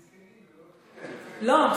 לא,